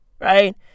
Right